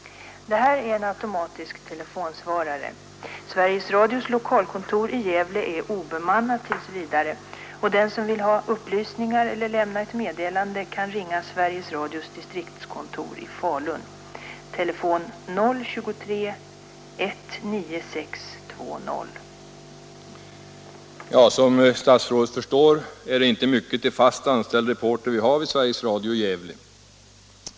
”Det här är en automatisk telefonsvarare. Sveriges Radios lokalkontor i Gävle är obemannat t. v., och den som vill ha upplysningar eller lämna ett meddelande kan ringa till Sveriges Radios distriktskontor i Falun, telefon 023/196 20.” Som statsrådet förstår är det inte mycket till fast anställd reporter vi har vid Sveriges Radio i Gävle.